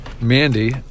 Mandy